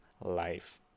life